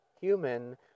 human